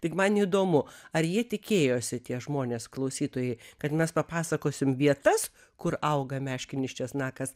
tik man įdomu ar jie tikėjosi tie žmonės klausytojai kad mes papasakosim vietas kur auga meškinis česnakas